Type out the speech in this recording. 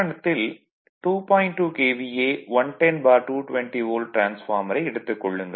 2 KVA 110220 volt டிரான்ஸ்பார்மரை எடுத்துக் கொள்ளுங்கள்